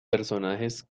personajes